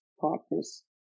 partners